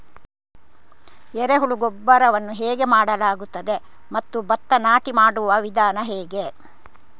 ಎರೆಹುಳು ಗೊಬ್ಬರವನ್ನು ಹೇಗೆ ಮಾಡಲಾಗುತ್ತದೆ ಮತ್ತು ಭತ್ತ ನಾಟಿ ಮಾಡುವ ವಿಧಾನ ಹೇಗೆ?